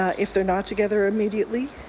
ah if they're not together immediately.